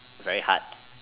very hard